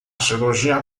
cirurgia